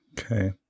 Okay